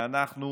אנחנו,